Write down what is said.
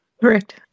Correct